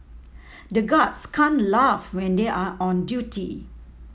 the guards can't laugh when they are on duty